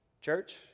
Church